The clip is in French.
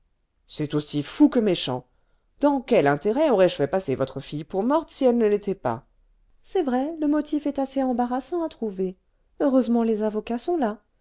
c'est aussi fou que méchant dans quel intérêt aurais-je fait passer votre fille pour morte si elle ne l'était pas c'est vrai le motif est assez embarrassant à trouver heureusement les avocats sont là